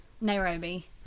Nairobi